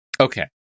Okay